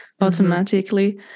automatically